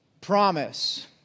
Promise